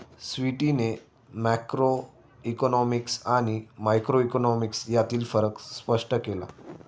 स्वीटीने मॅक्रोइकॉनॉमिक्स आणि मायक्रोइकॉनॉमिक्स यांतील फरक स्पष्ट केला